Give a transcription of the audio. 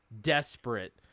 desperate